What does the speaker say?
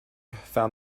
found